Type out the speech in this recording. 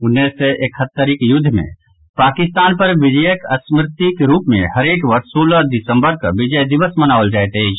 उन्नैस सय इकहत्तरिक युद्ध मे पाकिस्तान पर विजयक स्मृतिक रूप मे हरेक वर्ष सोलह दिसंबर कऽ विजय दिवस मनाओल जायत अछि